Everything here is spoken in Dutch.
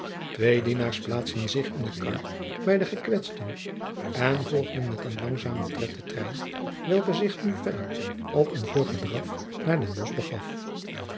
twee dienaars plaatsten zich in de kar bij den gekwetsten en volgden met een langzamer tred den trein welke zich nu verder op een vlugger draf naar den bosch begaf